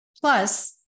Plus